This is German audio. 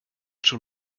schon